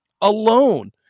alone